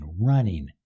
running